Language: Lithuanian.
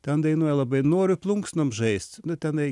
ten dainuoja labai noriu plunksnom žaist nu tenai